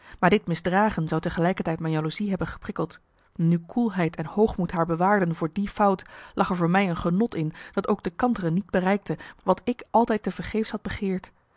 maar dit misdragen zou tegelijkertijd mijn jaloezie hebben geprikkeld nu koelheid en hoogmoed marcellus emants een nagelaten bekentenis haar bewaarden voor die fout lag er voor mij een genot in dat ook de kantere niet bereikte wat ik altijd te vergeefs had begeerd